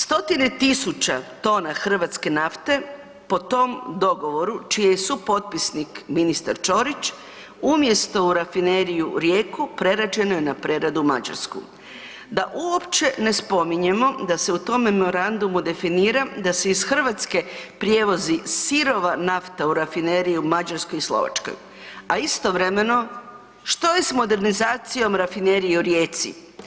Stotine tisuća tona hrvatske nafte po tom dogovoru čiji je supotpisnik ministar Ćorić umjesto u Rafineriju Rijeku prerađeno je preradu u Mađarsku, da uopće ne spominjemo da se u tom memorandumu definira da se iz Hrvatske prijevozi sirova nafta u rafineriju u Mađarskoj i Slovačkoj, a istovremeno što je s modernizacijom Rafinerije u Rijeci?